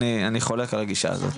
אני חולק על הגישה הזאת.